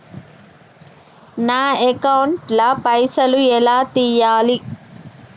నా అకౌంట్ ల పైసల్ ఎలా తీయాలి?